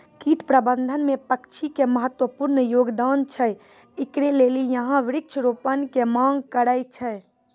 कीट प्रबंधन मे पक्षी के महत्वपूर्ण योगदान छैय, इकरे लेली यहाँ वृक्ष रोपण के मांग करेय छैय?